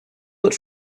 but